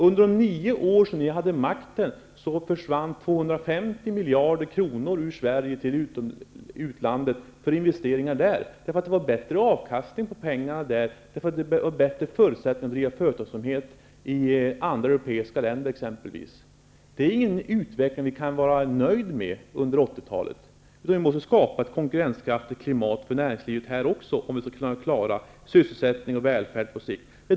Under de nio år som ni hade makten försvann 250 miljarder kronor från Sverige till utlandet för investeringar där, därför att det var bättre avkastning på pengarna där, därför att det var bättre förutsättningar att bedriva företagsamhet i exempelvis andra europeiska länder. Den utveckling som skedde under 1980-talet är ingen utveckling som vi kan vara nöjda med, utan vi måste skapa ett konkurrenskraftigt klimat för näringslivet här också, om vi på sikt skall klara sysselsättning och välfärd.